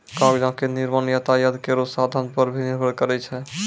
कागजो क निर्माण यातायात केरो साधन पर भी निर्भर करै छै